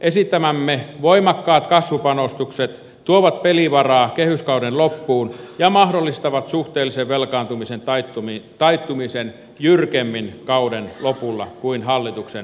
esittämämme voimakkaat kasvupanostukset tuovat pelivaraa kehyskauden loppuun ja mahdollistavat suhteellisen velkaantumisen taittumisen jyrkemmin kauden lopulla kuin hallituksen esitys